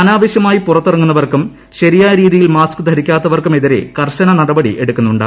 അനാവശ്യമായി പുറത്തിറങ്ങുന്നവർക്കും ശരിയായ രീതിയിൽ മാസ്ക് ധരിക്കാത്തവർക്ക് എതിരെയും കർശന നടപടി എടുക്കുന്നുണ്ട്